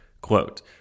Quote